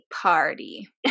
party